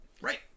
right